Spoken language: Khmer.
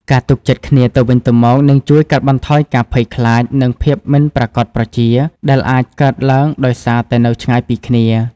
ការទុកចិត្តគ្នាទៅវិញទៅមកនឹងជួយកាត់បន្ថយការភ័យខ្លាច និងភាពមិនប្រាកដប្រជា ដែលអាចកើតឡើងដោយសារតែនៅឆ្ងាយពីគ្នា។